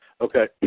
Okay